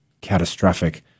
catastrophic